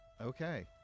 Okay